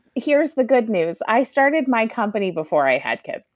here's the good news, i started my company before i had kids.